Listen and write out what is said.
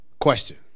Question